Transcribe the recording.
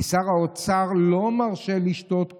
כי שר האוצר לא מרשה לשתות קולה,